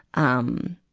um,